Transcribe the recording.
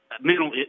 mental